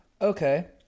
Okay